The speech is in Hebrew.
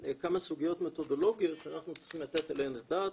סוגיות מתודולוגיות שאנחנו צריכים לתת עליהם את הדעת.